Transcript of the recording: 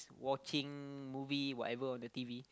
watching movie whatever on the t_v